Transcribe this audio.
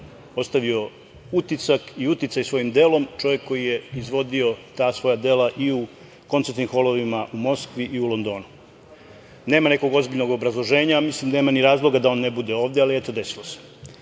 ostavio utisak i uticaj svojim delom, čovek koji je izvodio ta svoja dela i u koncertnim holovima u Moskvi i u Londonu. Nema nekog ozbiljnog obrazloženja, a mislim da nema ni razloga da on ne bude ovde, ali eto, desilo